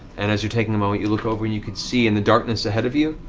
and as you're taking a moment, you look over and you can see in the darkness ahead of you